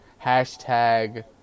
hashtag